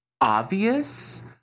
obvious